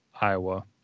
iowa